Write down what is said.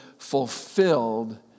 fulfilled